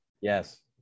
Yes